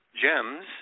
Gems